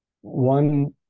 one